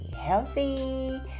healthy